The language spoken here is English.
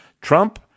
Trump